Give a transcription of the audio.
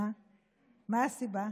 מה הסיבה?